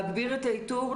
להגביר את האיתור,